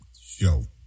show